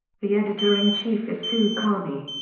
the editor-in-chief is sue carney.